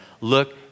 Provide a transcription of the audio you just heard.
Look